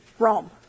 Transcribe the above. Rome